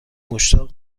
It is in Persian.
مشتاق